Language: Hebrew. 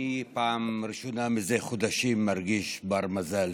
אני פעם ראשונה מזה חודשים מרגיש בר-מזל,